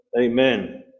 Amen